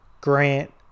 Grant